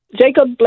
Jacob